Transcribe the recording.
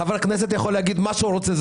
חבר כנסת יכול לומר מה שהוא רוצה.